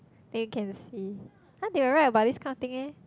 then you can see !huh! they will write about this kind of thing eh